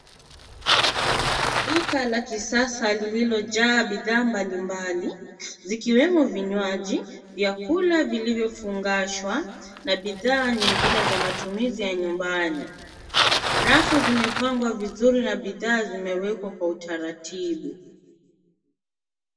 Duka la kisasa lililojaa bidhaa mbalimbali zikiwemo vinywaji, vyakula vilivyofungashwa na bidhaa nyingine za matumizi ya nyumbani. Rafu zimepangwa vizuri na bidhaa zimewekwa kwa utaratibu.